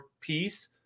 piece